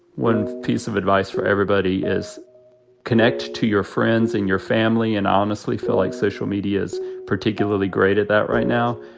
one piece of advice for everybody is connect to your friends and your family and honestly feel like social media is particularly great at that right now.